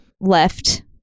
left